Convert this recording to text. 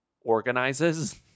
organizes